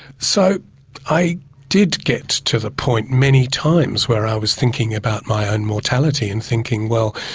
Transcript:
so i did get to the point many times where i was thinking about my own mortality and thinking well,